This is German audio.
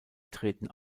treten